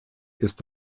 ist